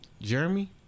Jeremy